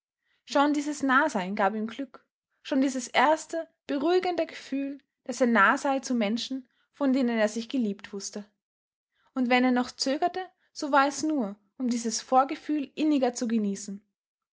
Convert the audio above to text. schon dieses nahsein gab ihm glück schon dieses erste beruhigende gefühl daß er nah sei zu menschen von denen er sich geliebt wußte und wenn er noch zögerte so war es nur um dieses vorgefühl inniger zu genießen